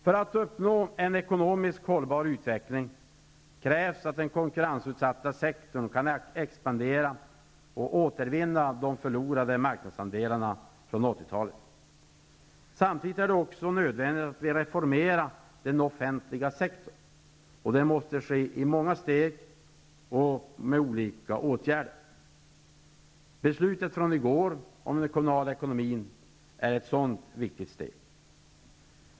För att uppnå en ekonomiskt hållbar utveckling krävs att den konkurrensutsatta sektorn kan expandera och återvinna marknadsandelar som förlorades under 80-talet. Samtidigt är det nödvändigt att reformera den offentliga sektorn, och det måste ske i många steg och med olika åtgärder. Beslutet i går om den kommunala ekonomin är ett sådant viktigt steg.